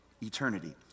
eternity